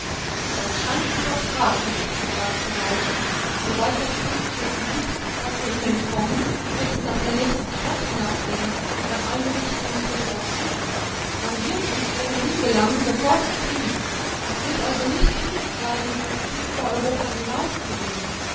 das scheint mir doch fraglich sagte saltner sobald das kriegsschiff sieht daß wir ihm entkommen wird es nach der nächsten stadt hinabgehen und nach allen richtungen telegraphieren man wird uns wo wir hingelangen sofort erkennen es wird wohl also nichts übrig bleiben als bis über europa hinauszugehen